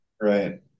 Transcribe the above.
Right